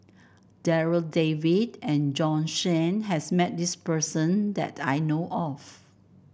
Darryl David and Bjorn Shen has met this person that I know of